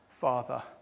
Father